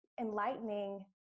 enlightening